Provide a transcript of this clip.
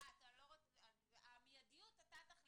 אה, המידיות אתה תחליט.